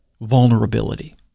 vulnerability